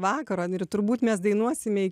vakaro ir turbūt mes dainuosime